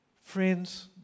Friends